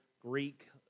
Greek